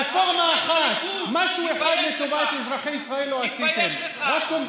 אנשים מגיעים ליום אחד לישראל, זה חוק